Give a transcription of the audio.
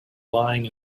lying